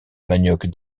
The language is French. manioc